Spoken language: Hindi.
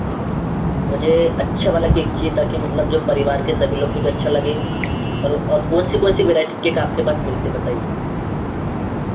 मुझे अच्छा वाला केक चाहिए ताकि मतलब जो परिवार के सभी लोग को अच्छा लगे और और कौन सी कौन सी वेराइटी की केक आपके पास मिलते हैं बताइए